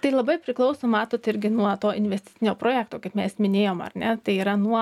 tai labai priklauso matot irgi nuo to investicinio projekto kaip mes minėjom ar ne tai yra nuo